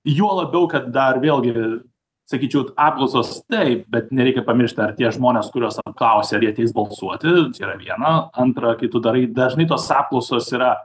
juo labiau kad dar vėlgi sakyčiau apklausos taip bet nereikia pamiršt ar tie žmonės kuriuos apklausė ar jie ateis balsuoti čia yra viena antra kai tu darai dažnai tos apklausos yra